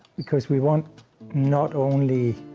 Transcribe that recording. because we want not only